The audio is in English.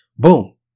Boom